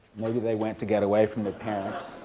maybe they went to get away from their parents.